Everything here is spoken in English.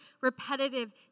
repetitive